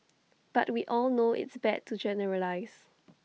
but we all know it's bad to generalise